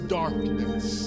darkness